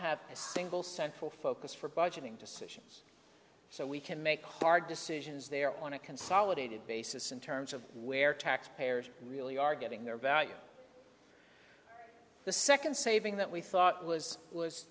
have a single central focus for budgeting decisions so we can make hard decisions there on a consolidated basis in terms of where taxpayers really are getting their value the second saving that we thought was